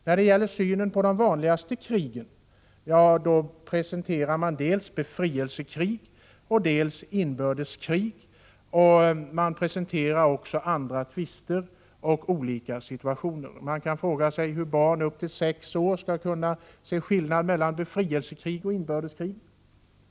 För att ge sin syn på de vanligaste krigen presenterar man dels befrielsekrig, dels inbördeskrig och dessutom andra tvister och konfliktsituationer. Man kan fråga sig hur barn upp till sex år skall kunna se någon skillnad mellan befrielsekrig och inbördeskrig.